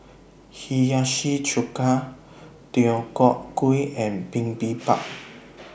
Hiyashi Chuka Deodeok Gui and Bibimbap